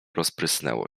rozprysnęło